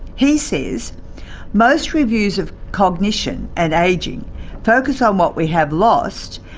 he says most reviews of cognition and ageing focus on what we have lost,